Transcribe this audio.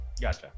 Gotcha